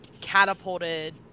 catapulted